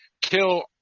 kill